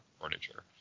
furniture